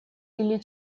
или